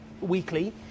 weekly